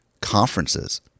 conferences